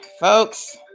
folks